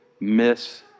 miss